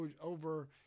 over